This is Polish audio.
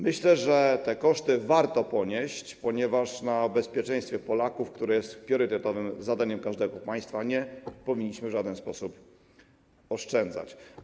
Myślę, że te koszty warto ponieść, ponieważ na bezpieczeństwie Polaków, a bezpieczeństwo obywateli jest priorytetowym zadaniem każdego państwa, nie powinniśmy w żaden sposób oszczędzać.